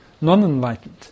non-enlightened